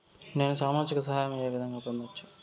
నేను సామాజిక సహాయం వే విధంగా పొందొచ్చు?